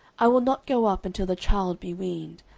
i will not go up until the child be weaned,